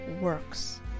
works